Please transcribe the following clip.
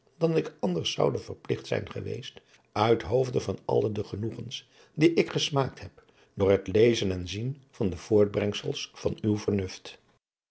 dan ik anders zoude verpligt zijn geweest uit hoofde van alle de genoegens die ik gesmaakt heb door het lezen en zien van de voortbrengsels van uw vernuft